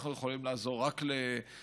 אנחנו יכולים לעזור רק לאורתודוקסים,